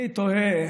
אני תוהה